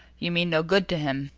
you mean no good to him.